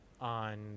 on